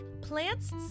plants